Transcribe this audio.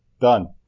Done